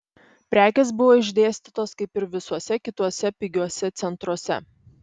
prekės buvo išdėstytos kaip ir visuose kituose pigiuose centruose